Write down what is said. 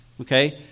Okay